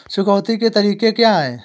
चुकौती के तरीके क्या हैं?